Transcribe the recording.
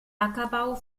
ackerbau